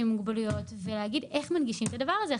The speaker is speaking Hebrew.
עם מוגבלויות ולומר איך מנגישים את הדבר הזה.